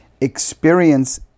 experience